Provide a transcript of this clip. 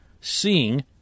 seeing